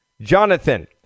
Jonathan